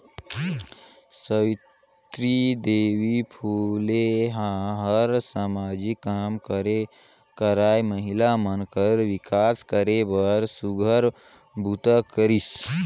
सावित्री देवी फूले ह हर सामाजिक काम करे बरए महिला मन कर विकास करे बर सुग्घर बूता करिस